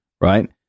right